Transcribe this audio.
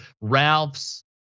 Ralph's